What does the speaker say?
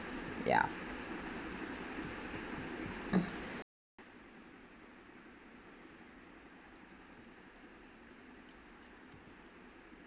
ya